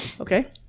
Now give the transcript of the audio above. Okay